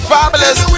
Fabulous